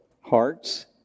hearts